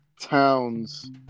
towns